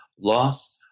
loss